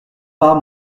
pas